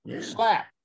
Slap